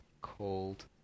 called